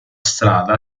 strada